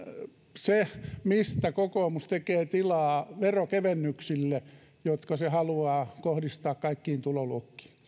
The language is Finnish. se mistä kokoomus tekee tilaa veronkevennyksille jotka se haluaa kohdistaa kaikkiin tuloluokkiin